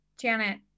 Janet